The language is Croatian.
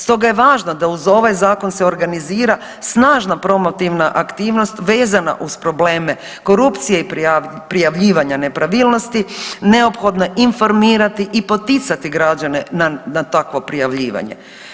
Stoga je važno da uz ovaj zakon se organizira snažna promotivna aktivnost vezana uz probleme korupcije i prijavljivanja nepravilnosti, neophodno je informirati i poticati građane na takvo prijavljivanje.